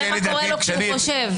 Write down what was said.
תראה מה קורה לו כשהוא חושב.